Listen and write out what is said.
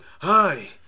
Hi